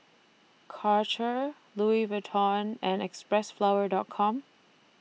Karcher Louis Vuitton and Xpressflower Dot Com